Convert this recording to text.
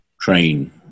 train